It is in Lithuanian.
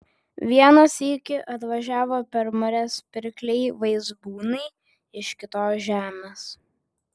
vieną sykį atvažiavo per marias pirkliai vaizbūnai iš kitos žemės